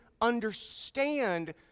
understand